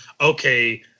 okay